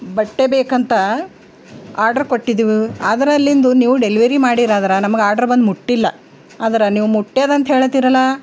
ಬಟ್ಟೆ ಬೇಕಂತ ಆರ್ಡ್ರು ಕೊಟ್ಟಿದೆವು ಆದ್ರೆ ಅಲ್ಲಿಂದ ನೀವು ಡೆಲ್ವರಿ ಮಾಡಿರಾದ್ರೆ ನಮ್ಗೆ ಆರ್ಡ್ರ್ ಬಂದು ಮುಟ್ಟಿಲ್ಲ ಆದ್ರೆ ನೀವು ಮುಟ್ಯದಂತ ಹೇಳುತ್ತೀರಲ್ಲಾ